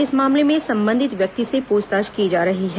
इस मामले में संबंधित व्यक्ति से पूछताछ की जा रही है